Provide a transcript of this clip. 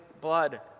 blood